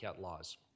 laws